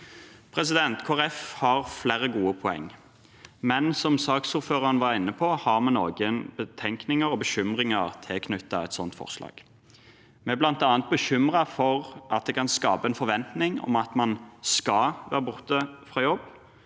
Folkeparti har flere gode poeng, men som saksordføreren var inne på, har vi noen betenkninger og bekymringer tilknyttet et sånt forslag. Vi er bl.a. bekymret for at det kan skape en forventning om at man skal være borte fra jobb,